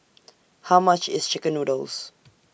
How much IS Chicken Noodles